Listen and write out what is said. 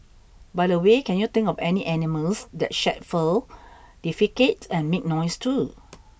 by the way can you think of any animals that shed fur defecate and make noise too